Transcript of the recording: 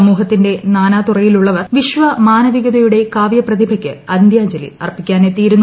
സമൂഹത്തിന്റെ നാനതുറയിലുള്ളവർ വിശ്വമാനവികതയുടെ കാവ്യപ്രതിഭക്ക് അന്ത്യാഞ്ജലി അർപ്പിക്കാനെത്തിയിരുന്നു